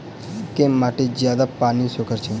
केँ माटि जियादा पानि सोखय छै?